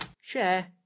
share